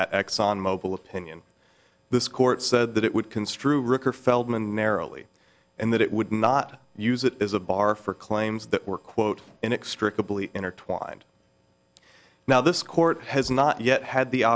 that exxon mobile opinion this court said that it would construe ricker feldman narrowly and that it would not use it as a bar for claims that were quote inextricably intertwined now this court has not yet had the